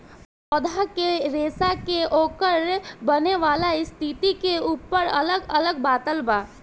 पौधा के रेसा के ओकर बनेवाला स्थिति के ऊपर अलग अलग बाटल बा